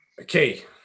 Okay